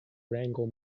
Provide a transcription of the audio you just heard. wrangle